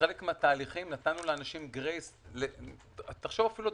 ונתנו לאנשים גרייס למשל,